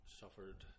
suffered